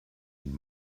den